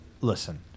listen